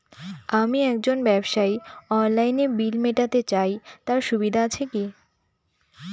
আমি একজন ব্যবসায়ী অনলাইনে বিল মিটাতে চাই তার সুবিধা আছে কি?